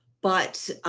but,